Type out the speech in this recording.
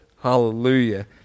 Hallelujah